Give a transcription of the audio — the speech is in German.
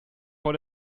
vor